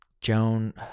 Joan